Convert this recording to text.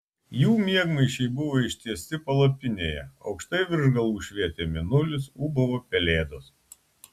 jų miegmaišiai buvo ištiesti palapinėje aukštai virš galvų švietė mėnulis ūbavo pelėdos